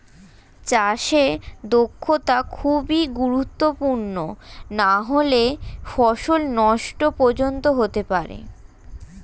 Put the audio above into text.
চাষে দক্ষতা খুবই গুরুত্বপূর্ণ নাহলে ফসল নষ্ট পর্যন্ত হতে পারে